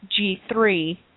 G3